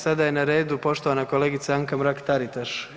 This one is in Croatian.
Sada je na redu poštovana kolegica Anka Mrak Taritaš.